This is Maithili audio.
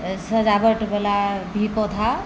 सजावटवला भी पौधा